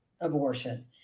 abortion